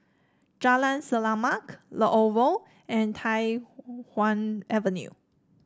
Jalan Selamat the Oval and Tai Hwan Avenue